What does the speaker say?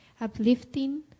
uplifting